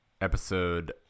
episode